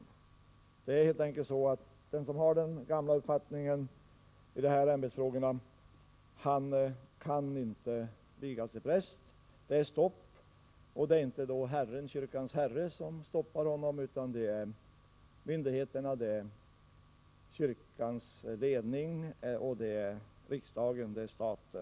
Det är helt enkelt så att den som har den gamla uppfattningen i de här ämbetsfrågorna kan inte vigas till präst. Det är stopp, och det är inte Herren, kyrkans herre, som stoppar honom utan det är myndigheterna, det är kyrkans ledning och riksdagen/staten.